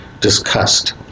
discussed